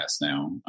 now